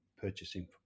purchasing